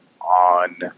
on